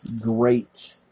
great